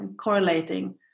correlating